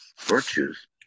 virtues